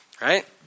Right